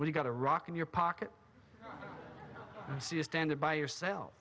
we got a rock in your pocket you see a standard by yourself